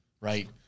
right